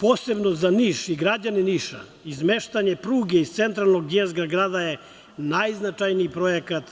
Posebno za Niš i građane Niša, izmeštanje pruge iz centralnog jezgra grada je najznačajniji projekat